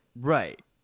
Right